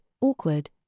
awkward